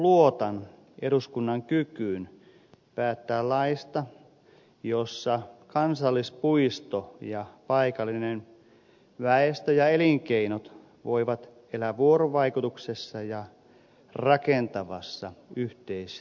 luotan eduskunnan kykyyn päättää laista jonka perusteella kansallispuisto ja paikallinen väestö ja elinkeinot voivat elää vuorovaikutuksessa ja rakentavassa yhteistyössä